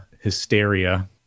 hysteria